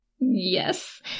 Yes